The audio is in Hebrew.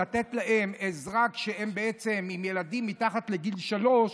לתת להן עזרה כשהן עם ילדים מתחת לגיל שלוש,